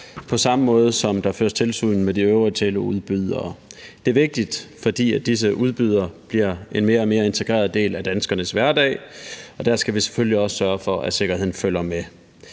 på samme måde, som der føres tilsyn med de øvrige teleudbydere. Det er vigtigt, for disse udbydere bliver en mere og mere integreret del af danskernes hverdag, og der skal vi selvfølgelig også sørge for, at sikkerheden følger med.